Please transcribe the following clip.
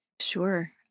Sure